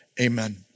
Amen